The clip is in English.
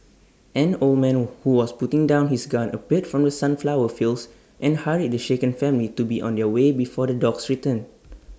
an old man who was putting down his gun appeared from the sunflower fields and hurried the shaken family to be on their way before the dogs return